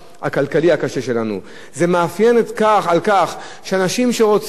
זה מאפיין לכך שאנשים שרוצים לעשות הון שלא ביושר,